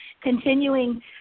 continuing